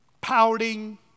pouting